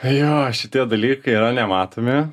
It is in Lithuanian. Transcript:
jo šitie dalykai yra nematomi